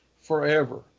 forever